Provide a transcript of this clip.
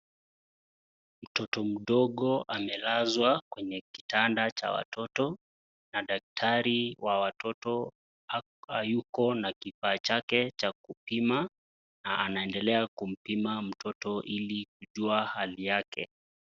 Mtoto mdogo amelazwa kwenye kitanda cha watoto , na daktari wa watoto hayuko na kifaa chake cha kupima na anaendelea kumpima mtoto ili kujua hali yake.